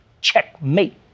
checkmate